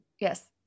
Yes